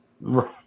Right